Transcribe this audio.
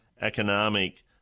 economic